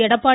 Edappadi